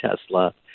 Tesla